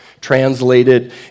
translated